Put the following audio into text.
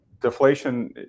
deflation